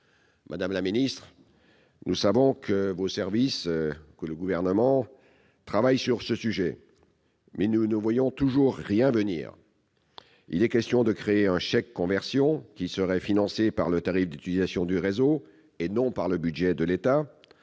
Madame la ministre, nous savons que le Gouvernement travaille sur le sujet, mais nous ne voyons toujours rien venir. Il est question de créer un « chèque conversion », qui serait financé par le tarif d'utilisation du réseau et non par le budget de l'État.